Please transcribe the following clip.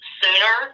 sooner